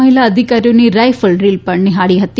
મહિલા અધિકારીઓની rifle drill પણ નિહાળી હતી